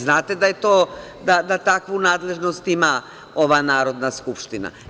Znate li da takvu nadležnost ima ova Narodna skupština?